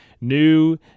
new